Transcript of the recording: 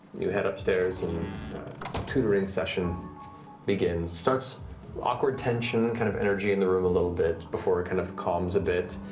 you head upstairs and a tutoring session begins. starts awkward tension, kind of energy in the room a little bit, before it kind of calms a bit.